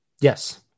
Yes